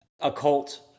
occult